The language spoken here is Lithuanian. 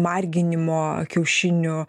marginimo kiaušinių